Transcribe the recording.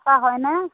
অ' হয়নে